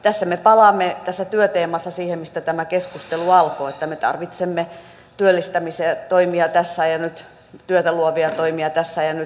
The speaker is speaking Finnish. tässä työteemassa me palaamme siihen mistä tämä keskustelu alkoi että me tarvitsemme työllistämistoimia tässä ja nyt työtä luovia toimia tässä ja nyt